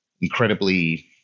incredibly